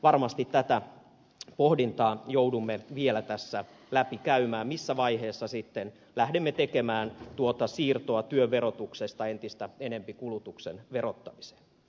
varmasti tätä pohdintaa joudumme vielä tässä läpikäymään missä vaiheessa sitten lähdemme tekemään tuota siirtoa työn verotuksesta entistä enempi kulutuksen verottamiseen